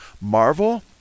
marvel